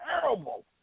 Terrible